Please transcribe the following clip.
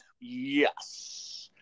Yes